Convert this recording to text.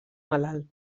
malalt